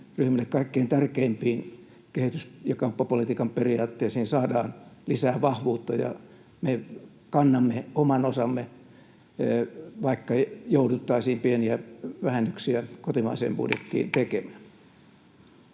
ryhmille kaikkein tärkeimpiin kehitys- ja kauppapolitiikan periaatteisiin saadaan lisää vahvuutta. Me kannamme oman osamme, vaikka jouduttaisiin pieniä vähennyksiä kotimaiseen budjettiin tekemään.